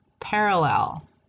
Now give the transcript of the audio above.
parallel